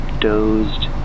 dozed